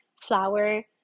flour